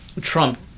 Trump